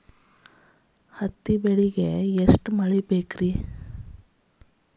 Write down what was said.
ಹತ್ತಿ ಬೆಳಿಗ ಎಷ್ಟ ಮಳಿ ಬೇಕ್ ರಿ?